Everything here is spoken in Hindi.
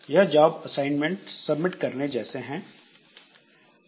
यह जॉब असाइनमेंट सबमिट करने जैसे हैं